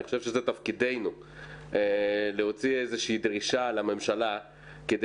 אני חושב שזה תפקידנו להוציא איזו דרישה לממשלה כדי